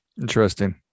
Interesting